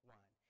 one